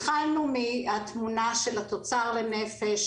התחלנו מהתמונה של התוצר לנפש,